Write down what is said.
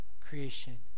creation